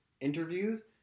interviews